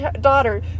daughter